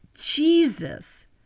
Jesus